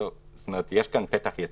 זאת אומרת שיש כאן פתח יציאה.